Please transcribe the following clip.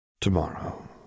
Tomorrow